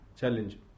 challenge